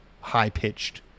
high-pitched